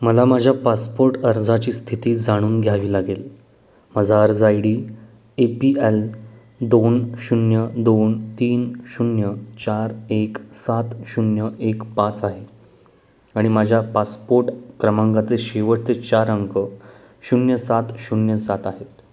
मला माझ्या पासपोट अर्जाची स्थिती जाणून घ्यावी लागेल माझा अर्ज I D A P L दोन शून्य दोन तीन शून्य चार एक सात शून्य एक पाच आहे आणि माझ्या पासपोट क्रमांकाचे शेवटचे चार अंक शून्य सात शून्य सात आहे